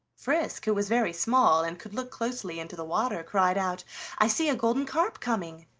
frisk, who was very small and could look closely into the water, cried out i see a golden carp coming.